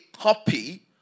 copy